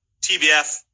TBF